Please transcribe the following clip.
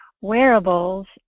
wearables